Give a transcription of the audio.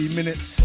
minutes